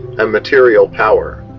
and material power.